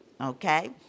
okay